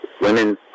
women